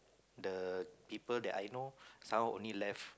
the people that I know somehow only left